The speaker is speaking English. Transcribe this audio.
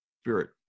Spirit